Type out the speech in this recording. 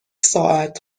ساعت